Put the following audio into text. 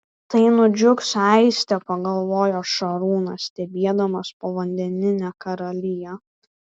tai nudžiugs aistė pagalvojo šarūnas stebėdamas povandeninę karaliją